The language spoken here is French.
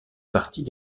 partie